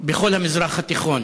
בכל המזרח התיכון.